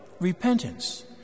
repentance